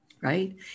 right